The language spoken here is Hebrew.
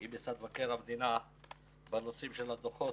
למשרד מבקר המדינה בנושאים של הדוחות,